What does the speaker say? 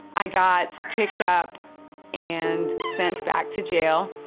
i got picked up and sent back to jail.